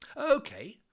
Okay